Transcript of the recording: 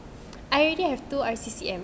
I already have two I_C_C_M